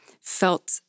felt